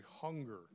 hunger